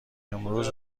امروز